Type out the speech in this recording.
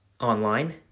online